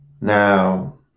Now